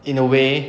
in a way